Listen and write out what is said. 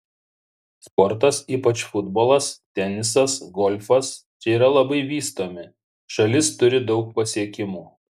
sportas ypač futbolas tenisas golfas čia yra labai vystomi šalis turi daug pasiekimų